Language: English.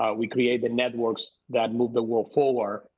ah we created networks that move the world forward.